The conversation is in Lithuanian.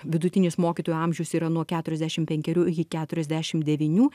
vidutinis mokytojų amžius yra nuo keturiasdešimt penkerių iki keturiasdešimt devynių